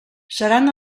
seran